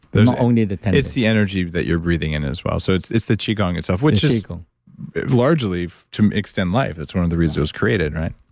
only the tendon it's the energy that you're breathing in as well. so, it's it's the qigong itself which is largely to extend life. that's one of the reasons it was created, right?